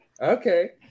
Okay